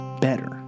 better